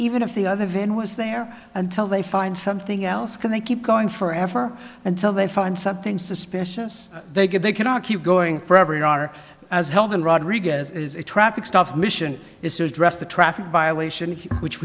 even if the other van was there until they find something else can they keep going forever until they find something suspicious they get they cannot keep going for every hour as hell then rodriguez is a traffic stop mission is to address the traffic violation which